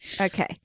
Okay